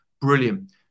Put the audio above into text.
Brilliant